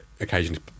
occasionally